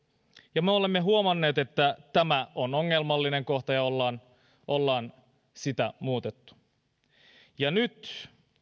ja me olemme huomanneet että tämä on ongelmallinen kohta ja olemme sitä muuttaneet nyt